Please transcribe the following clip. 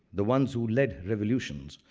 the one who lead revolution,